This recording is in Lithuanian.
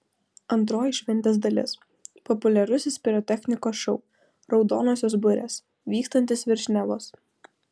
antroji šventės dalis populiarusis pirotechnikos šou raudonosios burės vykstantis virš nevos